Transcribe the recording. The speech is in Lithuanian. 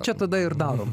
čia tada ir darom